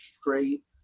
straight